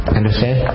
understand